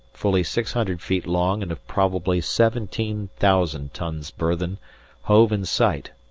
fully six hundred feet long and of probably seventeen thousand tons burthen hove in sight,